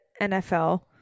NFL